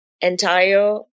entire